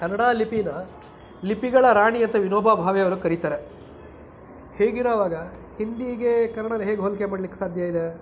ಕನ್ನಡ ಲಿಪೀನ ಲಿಪಿಗಳ ರಾಣಿ ಅಂತ ವಿನೋಬಾ ಭಾವೆ ಅವ್ರು ಕರೀತಾರೆ ಹೀಗಿರುವಾಗ ಹಿಂದಿಗೆ ಕನ್ನಡಾನ್ ಹೇಗೆ ಹೋಲಿಕೆ ಮಾಡ್ಲಿಕ್ಕೆ ಸಾಧ್ಯ ಇದೆ